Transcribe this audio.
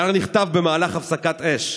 הדר נחטף במהלך הפסקת אש,